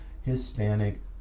Hispanic